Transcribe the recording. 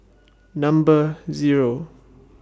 Number Zero